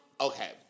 Okay